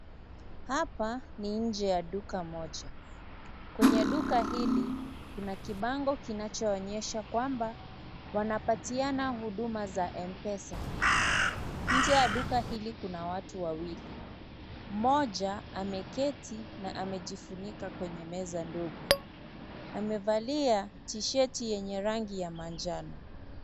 Hapa ni nje ya duka moja. Kwenye duka hili kuna kibango kinachoonyesha kwamba wanapatiana huduma za mpesa. Nje ya duka hili kuna watu wawili. Mmoja ameketi na amejifunika kwenye meza ndogo. Amevalia tisheti yenye rangi ya manjano.